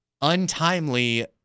untimely